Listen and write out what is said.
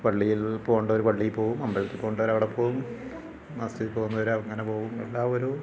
പള്ളിയിൽ പോകേണ്ടവർ പള്ളിയിൽ പോകും അമ്പലത്തിൽ പോകേണ്ടവർ അവിടെ പോകും മാസ്ക്കിൽ പോകുന്നവരങ്ങനെ പോകും എല്ലാവരും